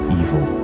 evil